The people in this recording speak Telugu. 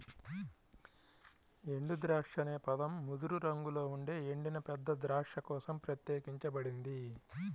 ఎండుద్రాక్ష అనే పదం ముదురు రంగులో ఉండే ఎండిన పెద్ద ద్రాక్ష కోసం ప్రత్యేకించబడింది